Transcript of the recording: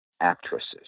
actresses